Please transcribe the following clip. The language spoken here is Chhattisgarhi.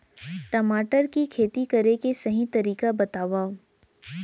टमाटर की खेती करे के सही तरीका बतावा?